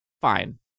fine